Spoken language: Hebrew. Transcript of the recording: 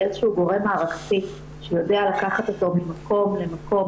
איזה שהוא גורם מערכתי שיודע לקחת אותו ממקום למקום